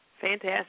Fantastic